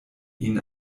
ihn